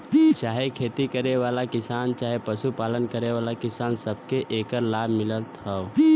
चाहे खेती करे वाला किसान चहे पशु पालन वाला किसान, सबके एकर लाभ मिलत हौ